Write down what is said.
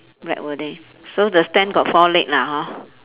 black were they so the stand got four leg lah hor